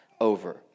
over